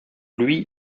lui